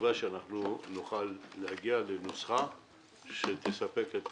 בתקווה שנוכל להגיע לנוסחה שתספק את כולם.